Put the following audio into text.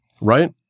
right